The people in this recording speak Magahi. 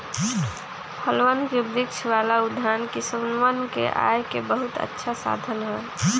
फलवन के वृक्ष वाला उद्यान किसनवन के आय के बहुत अच्छा साधन हई